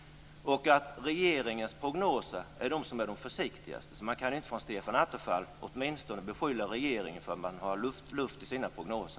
Regeringens prognoser är de försiktigaste, så Stefan Attefall kan åtminstone inte beskylla regeringen för att ha luft i sina prognoser.